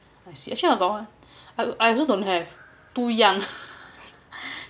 I see actually I got one I also don't have too young